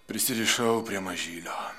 prisirišau prie mažylio